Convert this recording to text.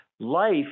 Life